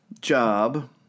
job